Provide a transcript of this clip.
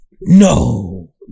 No